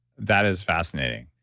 that is fascinating.